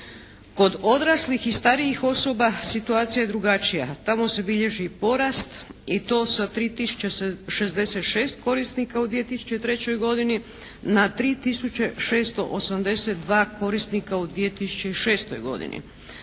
Kod odraslih i starijih osoba situacija je drugačija. Tamo se bilježi porast i to sa 3 tisuće 066 korisnika u 2003. godini na 3 tisuće 682 korisnika u 2006. godini.